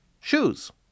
shoes